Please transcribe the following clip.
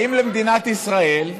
באים למדינת ישראל, בצה"ל?